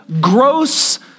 gross